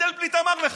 מנדלבליט אמר לך.